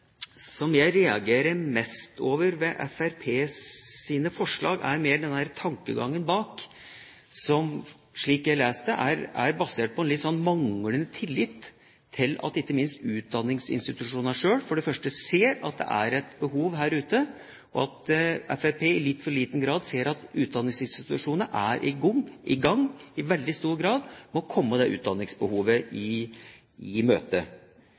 slik jeg leser det, er basert på en manglende tillit til at ikke minst utdanningsinstitusjonene selv ser at det er et behov her ute, og at Fremskrittspartiet i litt for liten grad ser at utdanningsinstitusjonene i veldig stor grad er i gang med å komme det utdanningsbehovet i møte.